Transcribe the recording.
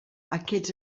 aquests